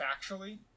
factually